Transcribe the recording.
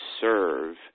serve